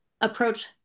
Approach